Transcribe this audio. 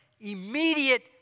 immediate